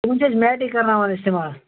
تِمن چھِ أسۍ میٹے کرناوان استعمال